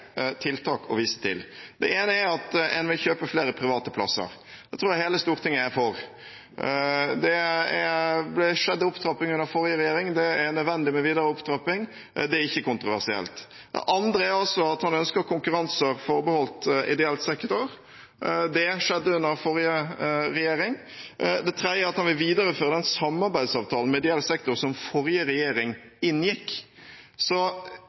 tiltak å vise til. Det ene er at man vil kjøpe flere private plasser. Det tror jeg hele Stortinget er for. Det skjedde en opptrapping under den forrige regjeringen. Det er nødvendig med videre opptrapping. Det er ikke kontroversielt. Det andre er at helseministeren ønsker konkurranser forbeholdt ideell sektor. Det skjedde under den forrige regjeringen. Det tredje er at han vil videreføre den samarbeidsavtalen med ideell sektor som den forrige regjeringen inngikk.